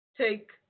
take